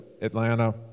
Atlanta